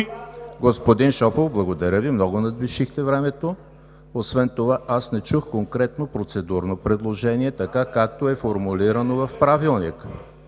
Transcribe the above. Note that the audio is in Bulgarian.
Господин Шопов, благодаря Ви. Много надвишихте времето. Освен това аз не чух конкретно процедурно предложение така, както е формулирано в Правилника.